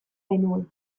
genuen